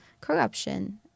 corruption